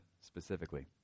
specifically